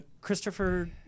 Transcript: Christopher